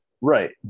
Right